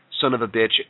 son-of-a-bitch